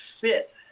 fit